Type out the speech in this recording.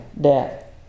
death